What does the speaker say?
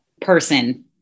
person